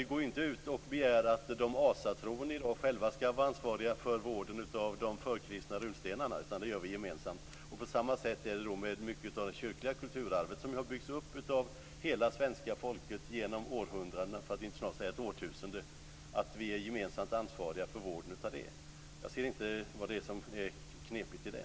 Vi begär inte att de asatroende skall ansvara för vården av de förkristna runstenarna. Den står vi för gemensamt. På samma sätt är det med mycket av det kyrkliga kulturarvet, som har byggts upp av hela svenska folket genom snart ett årtusende. Vi är gemensamt ansvariga för det. Jag ser inte något knepigt i det.